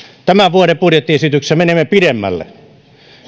tämän vuoden budjettiesityksessä menemme pidemmälle